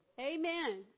Amen